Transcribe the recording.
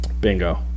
Bingo